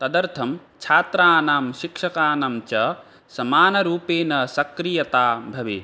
तदर्थं छात्राणां शिक्षकानां च समानरूपेण सक्रियता भवेत्